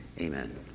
Amen